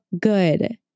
good